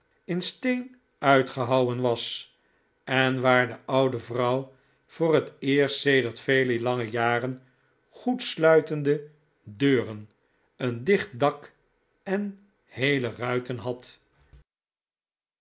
steen uitgehouwen was en waar de oude vrouw voor het eerst sedert vele lange jaren goedsluitende deuren een dicht dak en heele ruiten had